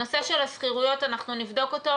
הנושא של השכירויות אנחנו נבדוק אותו,